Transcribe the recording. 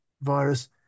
virus